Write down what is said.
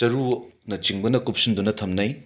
ꯆꯔꯨꯅꯆꯤꯡꯕꯅ ꯀꯨꯞꯁꯤꯟꯗꯨꯅ ꯊꯝꯅꯩ